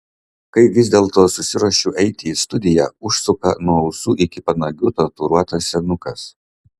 kai vis dėlto susiruošiu eiti į studiją užsuka nuo ausų iki panagių tatuiruotas senukas